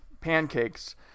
pancakes